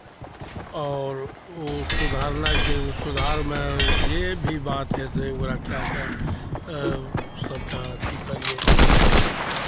आओर ओ सुधारनाइ छै ओ सुधारमे जे भी बात हेतै ओकरा कए कऽ सभटा अथी करियौ